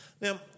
Now